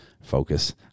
focus